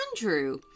Andrew